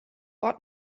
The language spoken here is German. ort